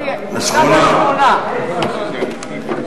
קבוצת הארבעה בתוך השמונה.